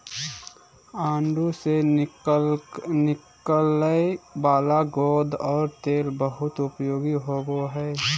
आडू से निकलय वाला गोंद और तेल बहुत उपयोगी होबो हइ